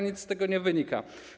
Nic z tego nie wynika.